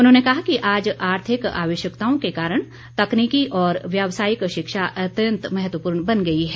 उन्होंने कहा कि आज आर्थिक आवश्यकताओं के कारण तकनीकी और व्यवसायिक शिक्षा अत्यंत महत्वपूर्ण बन गई है